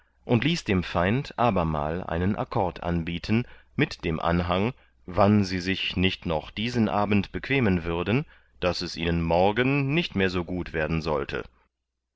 und ließ dem feind abermal einen akkord anbieten mit dem anhang wann sie sich nicht noch diesen abend bequemen würden daß es ihnen morgen nicht mehr so gut werden sollte